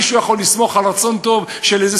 מישהו יכול לסמוך על רצון טוב של איזה